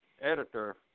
editor